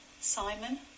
Simon